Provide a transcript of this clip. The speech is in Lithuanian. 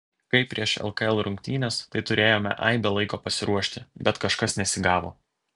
kaip prieš lkl rungtynes tai turėjome aibę laiko pasiruošti bet kažkas nesigavo